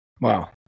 Wow